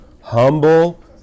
humble